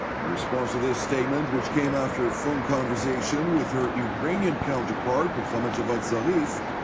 in response to this statement, which came after a phone conversation with her iranian counterpart mohammad javad zarif,